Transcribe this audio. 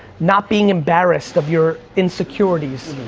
not being embarrassed of your insecurities,